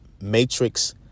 matrix